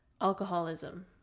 alcoholism